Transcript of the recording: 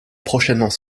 prochainement